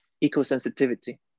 eco-sensitivity